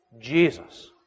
Jesus